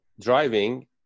driving